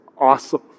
awesome